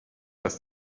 das